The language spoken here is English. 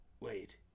wait